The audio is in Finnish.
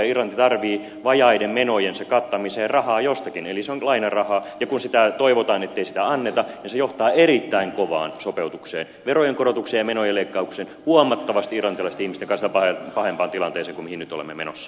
irlanti tarvitsee vajaiden menojensa kattamiseen rahaa jostakin eli se on lainarahaa ja kun toivotaan ettei sitä anneta niin se johtaa erittäin kovaan sopeutukseen verojen korotukseen ja menojen leikkaukseen huomattavasti irlantilaisten ihmisten kannalta pahempaan tilanteeseen kuin mihin nyt olemme menossa